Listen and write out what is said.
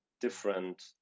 different